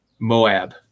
Moab